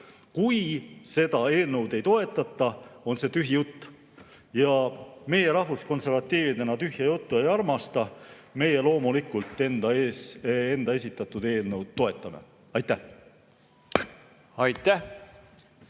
kui seda eelnõu ei toetata, on see tühi jutt. Meie rahvuskonservatiividena tühja juttu ei armasta. Meie loomulikult enda esitatud eelnõu toetame. Aitäh!